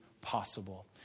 possible